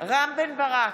רם בן ברק,